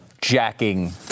jacking